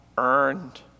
Earned